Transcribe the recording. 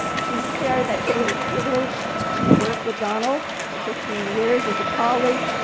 she's shared that she was privileged to work with donald for fifteen years as a colleague.